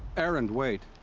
erend, wait.